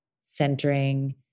centering